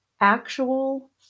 actual